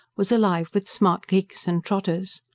was alive with smart gigs and trotters.